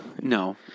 No